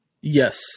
Yes